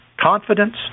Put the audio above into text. confidence